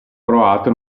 croato